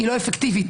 אינה אפקטיבית.